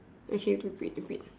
okay you look stupid